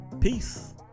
Peace